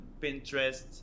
Pinterest